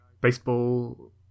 Baseball